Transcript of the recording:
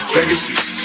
Legacies